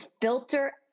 filter